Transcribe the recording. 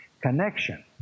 connection